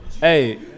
Hey